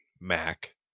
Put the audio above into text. Mac